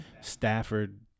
Stafford